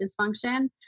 dysfunction